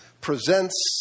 Presents